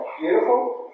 Beautiful